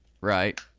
right